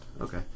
Okay